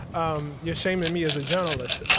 um you're shaming me as a journalist.